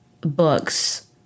books